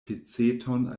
peceton